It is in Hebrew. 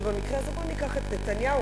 ובמקרה הזה ניקח את נתניהו,